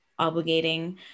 obligating